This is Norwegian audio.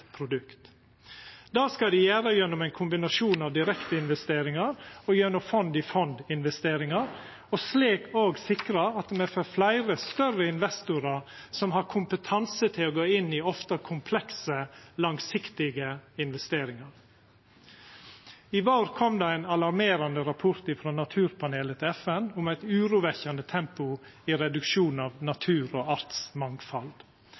produkt. Det skal dei gjera gjennom ein kombinasjon av direkteinvesteringar og gjennom fond-i-fond-investeringar, og slik òg sikra at me får fleire større investorar som har kompetanse til å gå inn i ofte komplekse, langsiktige investeringar. I vår kom det ein alarmerande rapport frå naturpanelet til FN om eit urovekkjande tempo i reduksjonen av